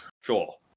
sure